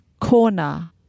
Corner